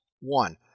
One